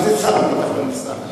מה זה שר הביטחון בסמ"ך?